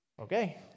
Okay